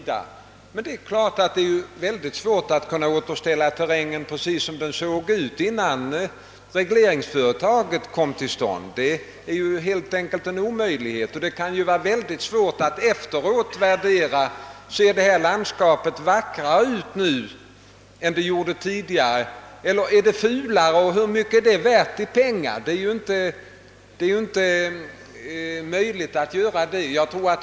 Givetvis är det dock mycket svårt att återskapa terrängen precis som den såg ut innan regleringsföretaget kom till stånd; det är helt enkelt en omöjlighet. Det kan också vara mycket svårt att efteråt avgöra om ett landskap ser vackrare ut nu än tidigare eller om det är fulare och i så fall hur mycket detta är värt i pengar.